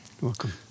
Welcome